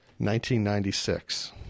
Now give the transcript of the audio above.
1996